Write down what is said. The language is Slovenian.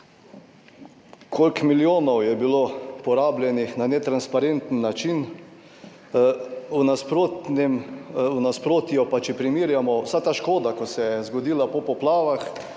koliko milijonov je bilo porabljenih na netransparenten način, v nasprotnem, v nasprotju pa če primerjamo vsa ta škoda, ki se je zgodila po poplavah